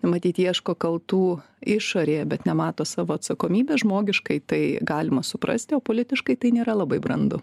matyt ieško kaltų išorėje bet nemato savo atsakomybės žmogiškai tai galima suprasti o politiškai tai nėra labai brandu